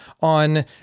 on